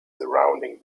surrounding